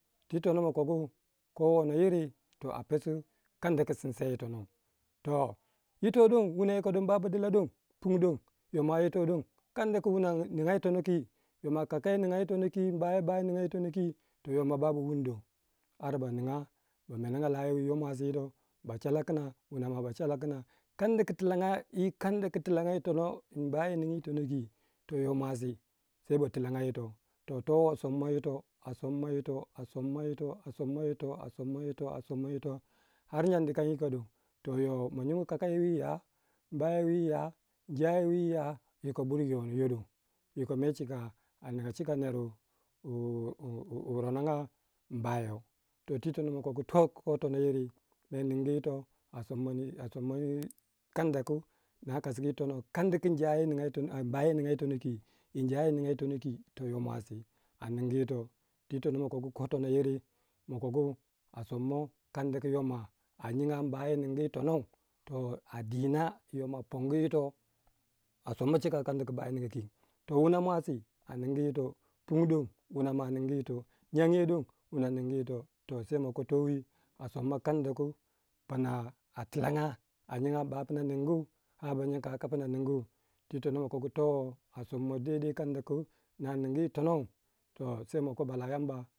Ti tono makogu kowono yiri a psiu yadda ku sissei yitonou toh, yito don wuna baba tila pung don yo mwa yitodon kanda ku wuna ninga yitonou ki yomwa kakayo ninga yiti mbayo ba ninga yiti kwi to yoma baba wund dong arr baninga yiti ba menanga layowi yito, ba cala kna ba cala kna, kanda ku tilanga yi kanda ku tilanga yitonou tun bayo ningi yitonou kwi, toh yo mwasi se batilanga yito, towo somma yito a somma yito a somma yito a somma yito a somma yito a somma yito har nyang dikan don ma nyigoi kaka yo wi ya mbayo wi ya nja yo wi ya yo bur yoniyo don, aninga cika ner wu nyinga mbayo, ko tono yiri no ning yito a sommani a sommani kadda ku no kasugu yi tonou, kadda ku mbayo ninga yi tono kwi yi njayo ninga yo tonou kwi yo mwasi a ningu yito twi tono ma kogo kotonu yiri mokogo a somau kadda ku yoma a kinga mbayo ningu tonou toh adina yoma pongu yito a somma cika kadda ku mbayo ninga kwi, wuna mwasi anungu yito pung don wuna mwa ningu yito nyang yo don wuna ningu yito sai mako to wi a somma kadda ku pna a tilanga a nyinga mbapuna nungu a ba nyiga kaka puno ningu twi tono mako towo a somma deidei kadda kwi tonou so se mo bala Yamba.